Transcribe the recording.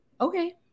okay